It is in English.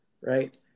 right